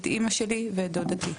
את אימא שלי ואת דודתי.